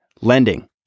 Lending